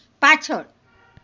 પાછળ